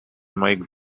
mike